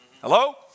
Hello